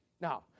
now